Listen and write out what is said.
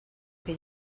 que